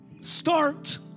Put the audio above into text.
Start